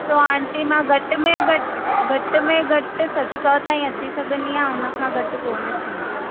डि॒सो aunty मां घटि में घटि घटि में घटि सत सौ ताईं अची सघंदी आहियां हुनखां घटि कोन थींदो